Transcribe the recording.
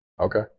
Okay